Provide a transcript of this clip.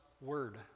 word